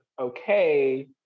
okay